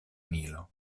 nilo